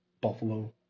Buffalo